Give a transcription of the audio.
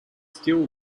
still